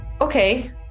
okay